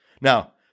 Now